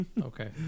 Okay